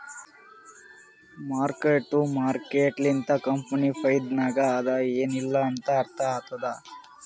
mark to market ಲಿಂತ company ಫೈದಾನಾಗ್ ಅದಾ ಎನ್ ಇಲ್ಲಾ ಅಂತ ಅರ್ಥ ಆತ್ತುದ್